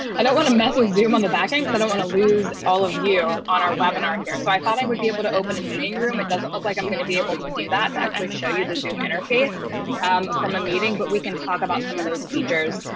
i don't want to mess with zoom on the back end. so i don't want to lose all of you on our webinar here. so i thought i would be able to open a meeting room, it doesn't look like i'm going to be able to do that to actually show you the zoom interface um from a meeting, but we can talk about some of those features.